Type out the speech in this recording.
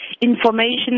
information